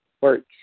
works